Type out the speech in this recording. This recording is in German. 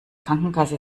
krankenkasse